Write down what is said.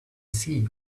sea